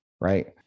right